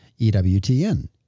EWTN